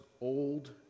old